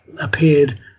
appeared